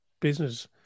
business